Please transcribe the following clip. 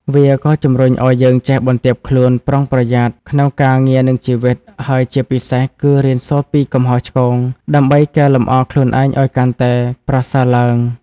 វាក៏ជំរុញឱ្យយើងចេះ បន្ទាបខ្លួន ប្រុងប្រយ័ត្ន ក្នុងការងារនិងជីវិត ហើយជាពិសេសគឺ រៀនសូត្រពីកំហុសឆ្គង ដើម្បីកែលម្អខ្លួនឯងឱ្យកាន់តែប្រសើរឡើង។